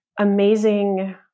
amazing